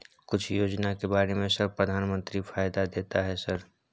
कुछ योजना के बारे में सर प्रधानमंत्री फायदा देता है सर?